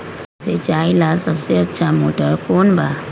सिंचाई ला सबसे अच्छा मोटर कौन बा?